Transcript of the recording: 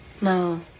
No